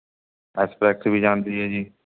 express ਵੀ ਜਾਂਦੀ ਹੈ ਜੀ